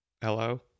Hello